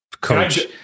coach